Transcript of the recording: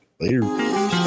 Later